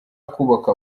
kubaka